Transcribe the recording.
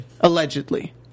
Allegedly